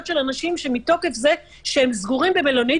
של אנשים שמתוקף זה שהם סגורים במלונית,